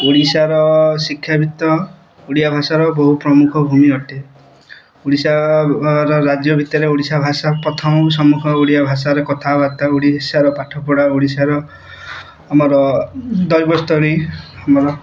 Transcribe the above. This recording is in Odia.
ଓଡ଼ିଶାର ଶିକ୍ଷା ଭିତ୍ତ ଓଡ଼ିଆ ଭାଷାର ବହୁ ପ୍ରମୁଖ ଭୂମି ଅଟେ ଓଡ଼ିଶାର ରାଜ୍ୟ ଭିତରେ ଓଡ଼ିଶା ଭାଷା ପ୍ରଥମ ସମ୍ମୁଖ ଓଡ଼ିଆ ଭାଷାରେ କଥାବାର୍ତ୍ତା ଓଡ଼ିଶାର ପାଠପଢ଼ା ଓଡ଼ିଶାର ଆମର ଦୈବ୍ୟସ୍ତଳୀ ଆମର